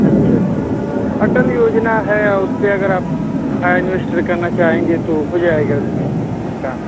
अच्छा अच्छा अटल योजना है और उस पर अगर आप इन्वेस्टर करना चाहेंगे तो हो जाएगा उसमें आपका